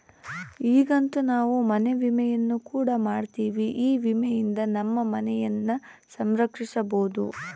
ಈಗಂತೂ ನಾವು ಮನೆ ವಿಮೆಯನ್ನು ಕೂಡ ನೋಡ್ತಿವಿ, ಈ ವಿಮೆಯಿಂದ ನಮ್ಮ ಮನೆಯನ್ನ ಸಂರಕ್ಷಿಸಬೊದು